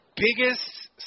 biggest